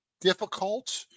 difficult